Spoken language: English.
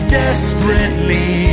desperately